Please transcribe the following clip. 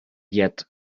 yet